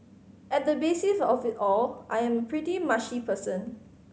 at the basis of it all I am pretty mushy person